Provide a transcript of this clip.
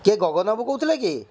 କିଏ ଗଗନ ବାବୁ କହୁଥିଲେ କି